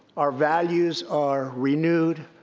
our values are renewed.